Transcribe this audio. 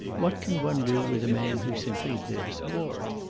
what can one do with a man who simply lives war?